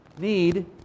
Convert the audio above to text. need